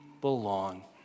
belong